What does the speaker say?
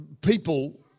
people